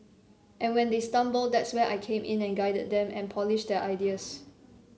and when they stumble that's where I came in and guided them and polished their ideas